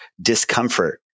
discomfort